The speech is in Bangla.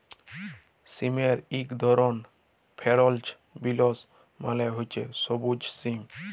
সিমের ইক ধরল ফেরেল্চ বিলস মালে হছে সব্যুজ সিম